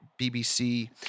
BBC